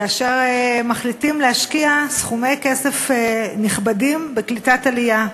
כאשר מחליטים להשקיע סכומי כסף נכבדים בקליטת עלייה.